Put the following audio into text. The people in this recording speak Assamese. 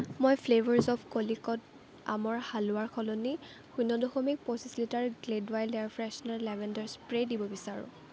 মই ফ্লেভাৰছ অৱ কলিকট আমৰ হালোৱাৰ সলনি শূণ্য দশমিক পঁচিশ litre glade wild air freshener lavender spray দিব বিচাৰোঁ